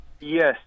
Yes